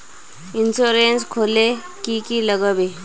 Insurance खोले की की लगाबे?